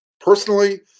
Personally